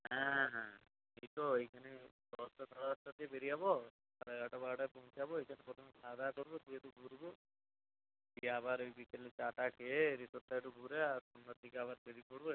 হ্যাঁ হ্যাঁ এই তো এইখানে দশটা সাড়ে দশটার দিকে বেরিয়ে যাবো সাড়ে এগারোটা বারোটায় পৌঁছে যাবো রিসর্টে প্রথমে খাওয়াদাওয়া করবো দিয়ে একটু ঘুরবো দিয়ে আবার ওই বিকেলে চা টা খেয়ে রিসর্টটা একটু ঘুরে আর সন্ধ্যার দিকে আবার বেরিয়ে পড়বো